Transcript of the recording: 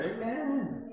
Amen